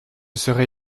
serait